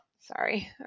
sorry